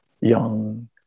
young